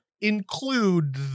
include